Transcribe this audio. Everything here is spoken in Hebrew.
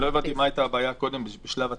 לא הבנתי מה הייתה הבעיה קודם בשלב התצהירים.